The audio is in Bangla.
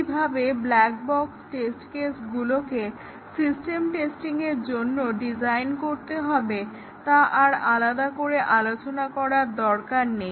কিভাবে ব্ল্যাকবক্স টেস্ট কেসগুলোকে সিস্টেম টেস্টিংয়ের জন্য ডিজাইন করতে হবে তা আর আলাদা করে আলোচনা করার দরকার নেই